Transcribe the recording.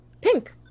pink